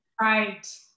Right